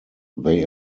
they